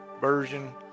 version